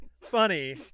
funny